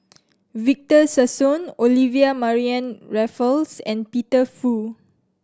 Victor Sassoon Olivia Mariamne Raffles and Peter Fu